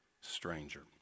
stranger